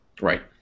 Right